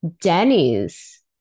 Denny's